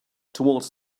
toward